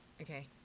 Okay